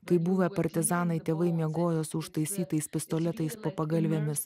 kaip buvę partizanai tėvai miegojo su užtaisytais pistoletais po pagalvėmis